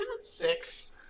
Six